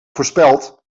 voorspeld